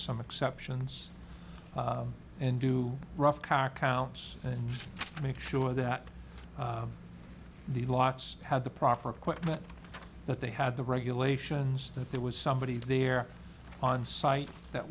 some exceptions and do rough car counts and make sure that the lots had the proper equipment that they had the regulations that there was somebody there on site that